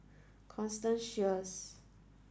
Constance Sheares